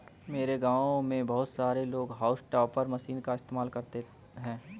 मेरे गांव में बहुत सारे लोग हाउस टॉपर मशीन का इस्तेमाल करते हैं